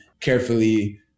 carefully